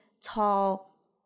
tall